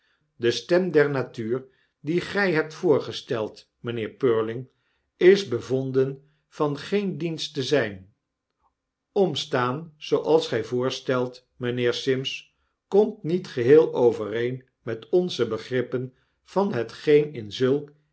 de stem der natuur die gy hebt voorgesteld mynheer purling is bevonden van geen dienst te zyn omstaan zooals gii voorsteldet mynheer sims komt niet geheel overeen met onze begrippen van hetgeen in zulk